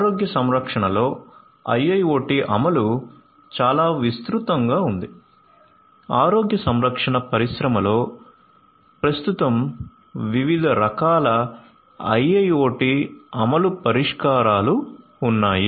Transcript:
ఆరోగ్య సంరక్షణలో IIoT అమలు చాలా విస్తృతంగా ఉంది ఆరోగ్య సంరక్షణ పరిశ్రమలో ప్రస్తుతం వివిధ రకాల IIoT అమలు పరిష్కారాలు ఉన్నాయి